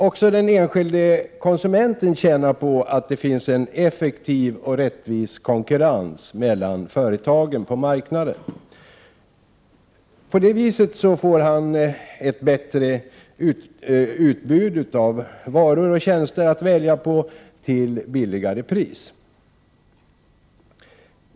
Också den enskilde konsumenten tjänar på att det finns en effektiv och rättvis konkurrens mellan företagen på marknaden, för då får han ett bättre utbud av varor och tjänster att välja på till lägre pris.